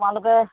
তোমালোকে